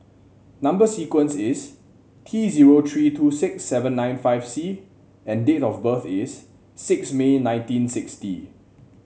number sequence is T zero three two six seven nine five C and date of birth is six May nineteen sixty